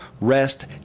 rest